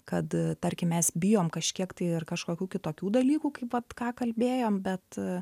kad tarkim mes bijom kažkiek tai ar kažkokių kitokių dalykų kaip vat ką kalbėjom bet